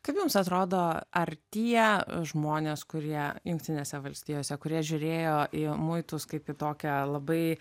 kaip jums atrodo ar tie žmonės kurie jungtinėse valstijose kurie žiūrėjo į muitus kaip į tokią labai